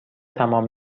تمام